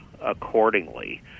accordingly